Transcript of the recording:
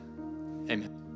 Amen